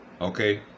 okay